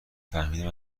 فهمیدم